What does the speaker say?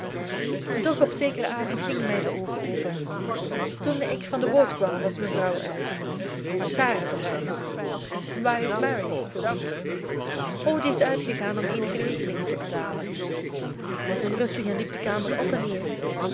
doch op zekeren avond gingen mij de oogen open toen ik van de boot kwam was mijn vrouw uit maar sarah te huis waar is mary vroeg ik o die is uitgegaan om eenige rekeningen te betalen ik was onrustig en liep de kamer op en neer